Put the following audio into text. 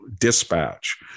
dispatch